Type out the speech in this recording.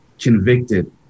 convicted